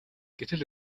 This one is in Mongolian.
гэтэл